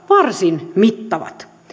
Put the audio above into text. varsin mittavat